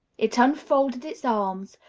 it unfolded its arms,